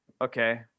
okay